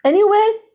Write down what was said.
anyway